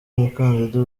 umukandida